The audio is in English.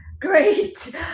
great